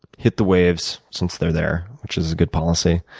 hit the waves, since they're there, which is a good policy.